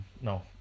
No